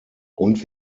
und